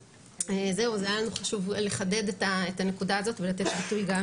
אז היה לנו חשוב לחדד את הנקודה הזאת ולתת ביטוי גם